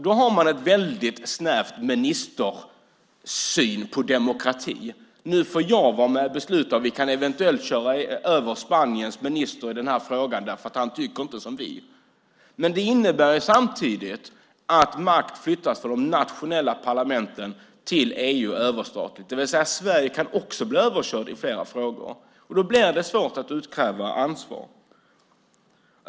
Då har man en väldigt snäv ministersyn på demokrati: Nu får jag vara med och besluta, och vi kan eventuellt köra över Spaniens minister i den här frågan därför att han inte tycker som vi. Det innebär samtidigt att makt flyttas från de nationella parlamenten till EU överstatligt, det vill säga att Sverige också kan bli överkört i flera frågor. Då blir det svårt att utkräva ansvar.